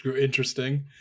interesting